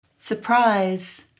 Surprise